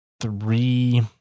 three